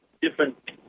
different